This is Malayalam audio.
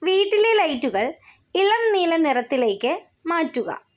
വീട്ടിലെ ലൈറ്റുകൾ ഇളം നീല നിറത്തിലേക്ക് മാറ്റുക